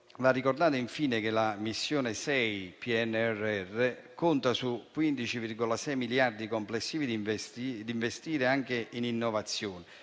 ricordato infine che la Missione 6 del PNRR conta su 15,6 miliardi complessivi da investire anche in innovazione,